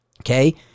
Okay